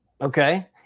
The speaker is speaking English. Okay